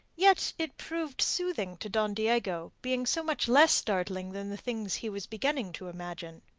yet it proved soothing to don diego, being so much less startling than the things he was beginning to imagine.